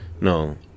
no